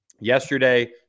Yesterday